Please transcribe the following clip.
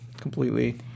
completely